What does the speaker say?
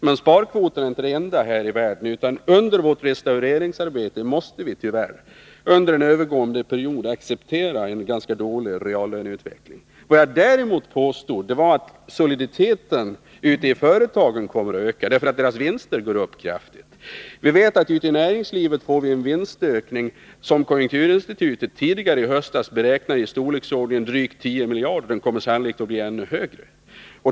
Men sparkvoten är inte det enda här i världen. Under vårt restaureringsarbete måste vi under en övergående period tyvärr acceptera en ganska dålig reallöneutveckling. Vad jag däremot påstod var att soliditeten ute i företagen kommer att öka, därför att deras vinster går upp kraftigt. Vi vet att man ute i näringslivet får en vinstökning som konjunkturinstitutet tidigare i höstas beräknade till i storleksordningen drygt 10 miljarder kronor. Den kommer sannolikt att bli ännu högre.